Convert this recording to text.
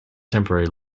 temporary